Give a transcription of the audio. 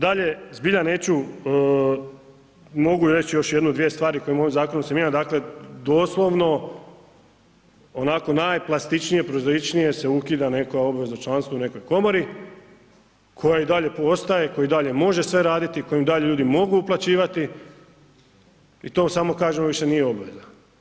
Dalje, zbilja neću, mogu reći još jednu, dvije stvari koje u ovom zakonu se mijenja, dakle doslovno onako najplastičnije, prozaičnije se ukida neka obveza, članstvo u nekoj komori koja i dalje ostaje, koja i dalje može sve raditi, koju dalje ljudi mogu uplaćivati i to samo kažemo više nije obveza.